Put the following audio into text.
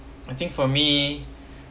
I think for me